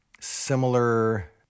similar